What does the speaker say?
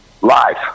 Live